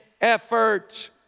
effort